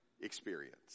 experience